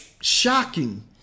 shocking